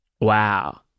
Wow